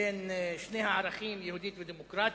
בין שני הערכים "יהודית" ו"דמוקרטית",